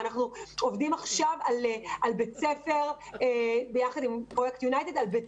אנחנו עובדים עכשיו ביחד עם פרויקט יונייטד על בית